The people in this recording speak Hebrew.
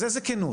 אז איזו כנות?